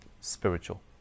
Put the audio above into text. spiritual